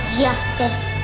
justice